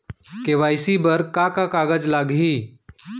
KYC बर का का कागज लागही?